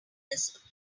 this